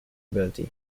ability